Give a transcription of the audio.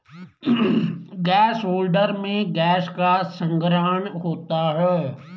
gas holder में gas का संग्रहण होता है